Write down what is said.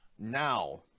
Now